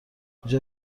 اینجا